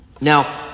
now